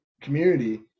community